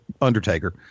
Undertaker